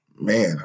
man